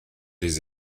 les